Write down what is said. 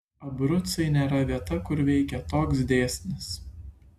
abrucai nėra vieta kur veikia toks dėsnis